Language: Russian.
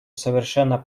совершенно